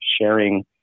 sharing